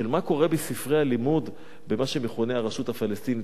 של מה שקורה בספרי הלימוד במה שמכונה הרשות הפלסטינית,